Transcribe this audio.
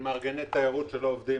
של מארגני תיירות שלא עובדים,